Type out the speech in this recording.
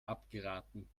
abgeraten